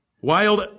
Wild